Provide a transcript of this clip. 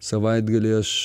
savaitgalį aš